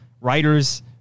writers